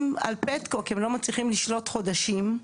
אם על פטקוק הם לא מצליחים לשלוט חודשים,